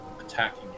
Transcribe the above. attacking